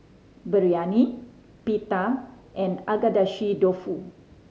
Biryani Pita and Agedashi Dofu